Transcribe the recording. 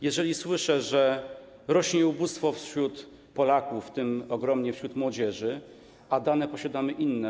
Jeżeli słyszę, że rośnie ubóstwo wśród Polaków, w tym ogromnie wśród młodzieży, a dane, które posiadamy, są inne.